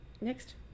Next